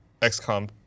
XCOM